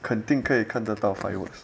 肯定可以看得到 fireworks